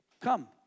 Come